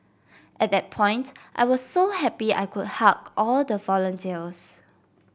at that point I was so happy I could hug all the volunteers